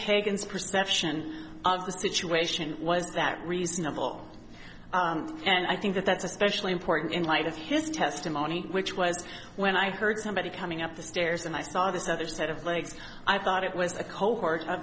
hagan's perception of the situation was that reasonable and i think that that's especially important in light of his testimony which was when i heard somebody coming up the stairs and i saw this other set of legs i thought it was a